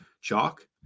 chalk